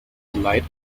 light